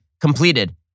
completed